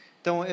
Então